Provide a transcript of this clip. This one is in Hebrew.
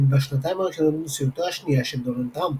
והשנתיים הראשונות לנשיאותו השנייה של דונלד טראמפ.